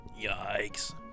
Yikes